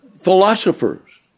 philosophers